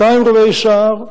200 רובי סער,